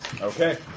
Okay